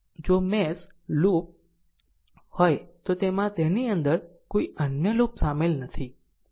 જો mesh loop હોય તો તેમાં તેની અંદર કોઈ અન્ય લૂપ શામેલ નથી